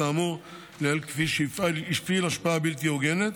האמור לעיל כמי שהפעיל השפעה בלתי הוגנת.